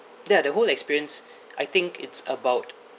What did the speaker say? ya the whole experience I think it's about